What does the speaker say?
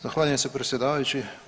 Zahvaljujem se predsjedavajući.